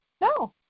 no